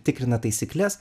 tikrina taisykles